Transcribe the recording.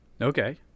Okay